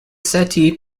settee